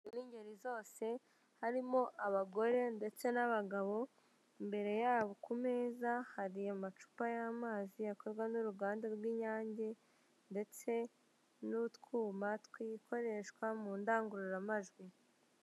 bingeri zose, harimo abagore ndetse n'abagabo, imbere yabo ku meza hari amacupa y'amazi akorwa n'uruganda rw'inyange, ndetse n'utwuma dukoreshwa mu ndangururamajwi.